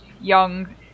young